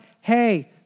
hey